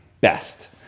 best